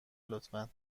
لطفا